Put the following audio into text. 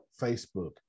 Facebook